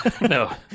No